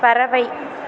பறவை